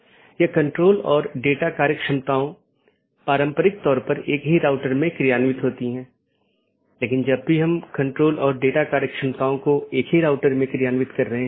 यदि हम पूरे इंटरनेट या नेटवर्क के नेटवर्क को देखते हैं तो किसी भी सूचना को आगे बढ़ाने के लिए या किसी एक सिस्टम या एक नेटवर्क से दूसरे नेटवर्क पर भेजने के लिए इसे कई नेटवर्क और ऑटॉनमस सिस्टमों से गुजरना होगा